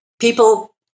people